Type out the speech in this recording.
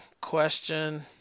question